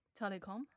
telecom